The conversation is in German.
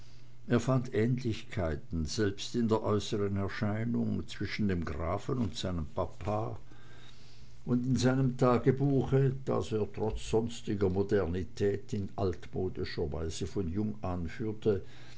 fand ähnlichkeiten selbst in der äußern erscheinung zwischen dem grafen und seinem papa und in seinem tagebuche das er trotz sonstiger modernität in altmodischer weise von jung an führte